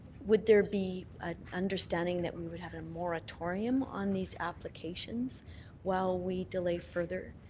would there be an understanding that we would have a moratorium on these applications while we delay further?